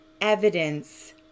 evidence